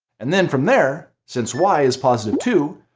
and then from there, since y is positive two,